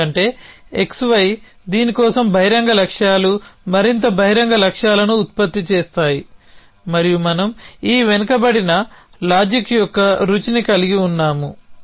ఎందుకంటే xy దీని కోసం బహిరంగ లక్ష్యాలు మరింత బహిరంగ లక్ష్యాలను ఉత్పత్తి చేస్తాయి మరియు మనం ఈ వెనుకబడిన లాజిక్ యొక్క రుచిని కలిగి ఉన్నాము